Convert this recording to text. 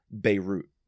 Beirut